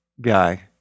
guy